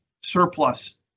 surplus